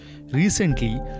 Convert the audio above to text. Recently